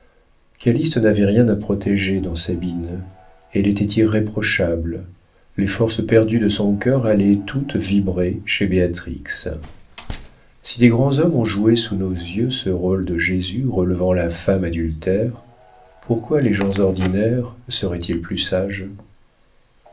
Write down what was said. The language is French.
amuse calyste n'avait rien à protéger dans sabine elle était irréprochable les forces perdues de son cœur allaient toutes vibrer chez béatrix si des grands hommes ont joué sous nos yeux ce rôle de jésus relevant la femme adultère pourquoi les gens ordinaires seraient-ils plus sages